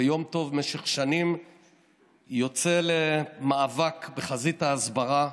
ויום טוב משך שנים יוצא למאבק בחזית ההסברה,